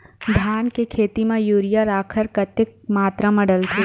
धान के खेती म यूरिया राखर कतेक मात्रा म डलथे?